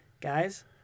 guys